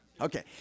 Okay